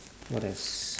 what else